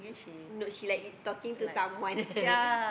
no she like talking to someone